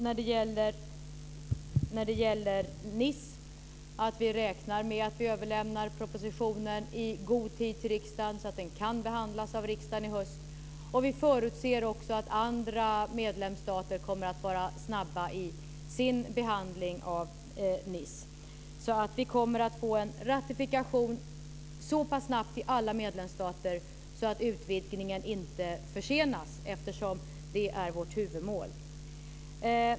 När det gäller Niceförklaringen räknar vi med att vi överlämnar propositionen i god tid till riksdagen så att den kan behandlas av riksdagen i höst. Vi förutser också att andra medlemsstater kommer att vara snabba i sin behandling av Niceförklaringen. Vi kommer att få en ratifikation så pass snabbt i alla medlemsstater att utvidgningen inte försenas, eftersom det är vårt huvudmål.